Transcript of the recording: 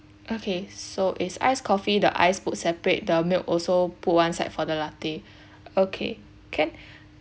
okay so is ice coffee the ice put separate the milk also put one side for the latte okay can